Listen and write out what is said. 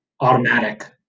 automatic